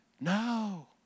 No